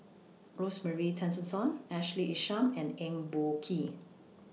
Rosemary Tessensohn Ashley Isham and Eng Boh Kee